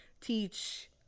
teach